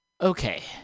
Okay